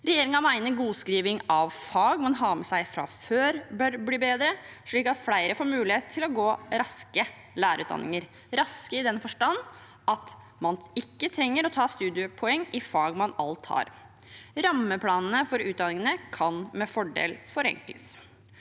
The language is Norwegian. Regjeringen mener godskriving av fag man har med seg fra før, bør bli bedre, slik at flere får mulighet til å ta raske lærerutdanninger – raske i den forstand at man ikke trenger å ta studiepoeng i fag man alt har. Rammeplanene for utdanningene kan med fordel forenkles.